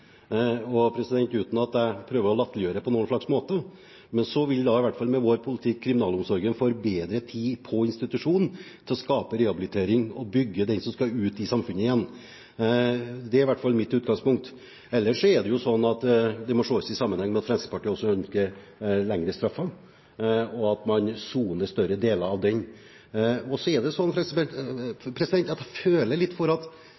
Og uten at jeg prøver å latterliggjøre på noen slags måte: Med vår politikk vil kriminalomsorgen få bedre tid til på institusjon å skape rehabilitering og bygge opp den som skal ut i samfunnet igjen – det er i hvert fall mitt utgangspunkt. Ellers er det jo sånn at det må sees i sammenheng med at Fremskrittspartiet også ønsker lengre straffer, og at man må sone større deler av den. Så er det sånn at jeg føler at Fremskrittspartiet nesten er alene i den politiske debatten når det gjelder å føre debatten for